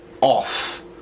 off